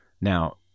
Now